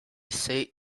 say